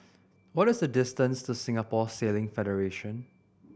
what is the distance to Singapore Sailing Federation